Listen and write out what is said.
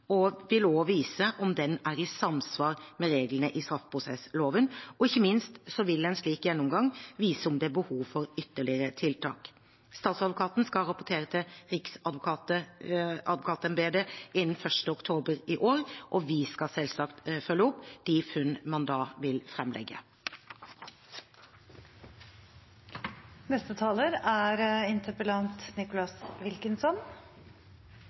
og vil også vise om den er i samsvar med reglene i straffeprosessloven. Ikke minst vil en slik gjennomgang vise om det er behov for ytterligere tiltak. Statsadvokatene skal rapportere til Riksadvokatembetet innen 1. oktober i år, og vi skal selvsagt følge opp de funn man da vil framlegge. Jeg er